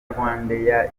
rwandair